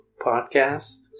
Podcasts